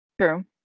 True